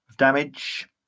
damage